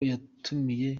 yatumiye